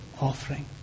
offering